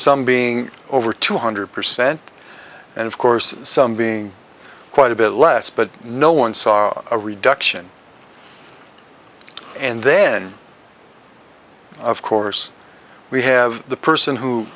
some being over two hundred percent and of course some being quite a bit less but no one saw a reduction and then of course we have the person who